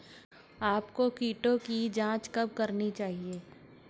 आपको कीटों की जांच कब करनी चाहिए?